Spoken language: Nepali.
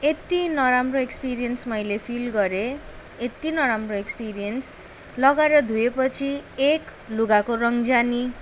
यत्ति नराम्रो एक्सपिरियन्स मैले फिल गरेँ यत्ति नराम्रो एक्सपिरियन्स लगाएर धोएपछि एक लुगाको रङ जाने